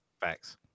facts